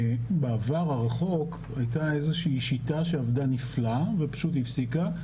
בעבר הרחוק הייתה איזושהי שיטה שעבדה נפלא ופשוט הפסיקה.